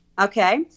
Okay